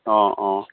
অঁ অঁ